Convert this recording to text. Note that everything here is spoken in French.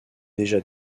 déjà